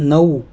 नऊ